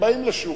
הם באים לשוק,